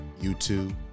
youtube